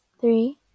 three